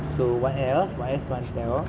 so what else what else you want to tell